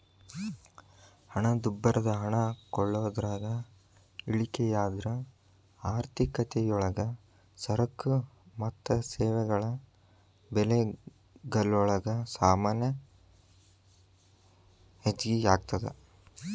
ಹಣದುಬ್ಬರದ ಹಣ ಕೊಳ್ಳೋದ್ರಾಗ ಇಳಿಕೆಯಾದ್ರ ಆರ್ಥಿಕತಿಯೊಳಗ ಸರಕು ಮತ್ತ ಸೇವೆಗಳ ಬೆಲೆಗಲೊಳಗ ಸಾಮಾನ್ಯ ಹೆಚ್ಗಿಯಾಗ್ತದ